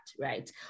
right